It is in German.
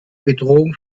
bedrohung